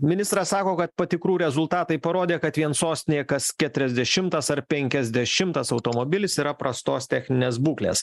ministras sako kad patikrų rezultatai parodė kad vien sostinėje kas keturiasdešimtas ar penkiasdešimtas automobilis yra prastos techninės būklės